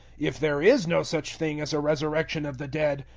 if there is no such thing as a resurrection of the dead,